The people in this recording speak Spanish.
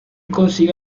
consigue